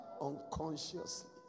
unconsciously